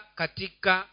katika